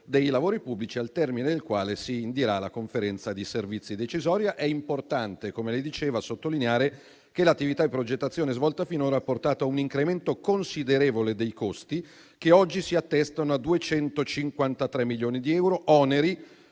dei lavori pubblici, al termine del quale si indirà la Conferenza di servizi decisoria. È importante - come lei diceva - sottolineare che l'attività di progettazione svolta finora ha portato a un incremento considerevole dei costi, che oggi si attestano a 253 milioni di euro, oneri